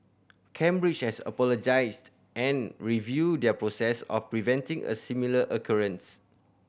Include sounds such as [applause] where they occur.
cambridge has apologised and review their process of preventing a similar [unintelligible]